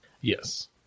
Yes